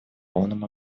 полном